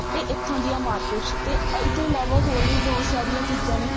ਅਤੇ ਇੱਥੋਂ ਦੀਆਂ ਮਾਰਕਿਟਸ ਅਤੇ ਇਹ ਤੋਂ ਇਲਾਵਾ ਹੋਰ ਵੀ ਬਹੁਤ ਸਾਰੀਆਂ ਚੀਜ਼ਾਂ ਨੇ